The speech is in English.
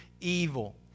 evil